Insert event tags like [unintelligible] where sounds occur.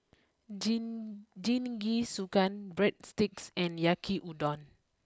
[unintelligible] Jingisukan Breadsticks and Yaki Udon